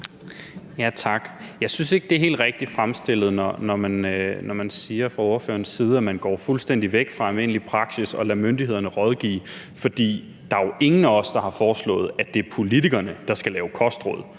Tak. Jeg synes ikke, det er helt rigtigt fremstillet, når ordføreren siger, at man går fuldstændig væk fra almindelig praksis og lader myndighederne rådgive. For der er jo ingen af os, der har foreslået, at det er politikerne, der skal lave kostråd.